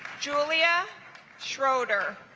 julia schroeder